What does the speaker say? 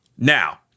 Now